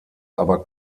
aber